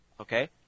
Okay